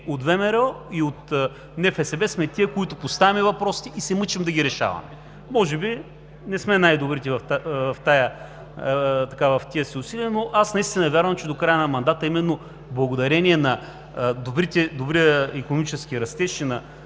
от ВМРО и от НФСБ сме тези, които поставяме въпросите и се мъчим да ги решаваме. Може би не сме най-добрите в тези си усилия, но аз наистина вярвам, че до края на мандата, именно благодарение на добрия икономически растеж